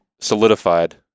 solidified